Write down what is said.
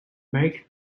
back